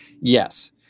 Yes